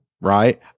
right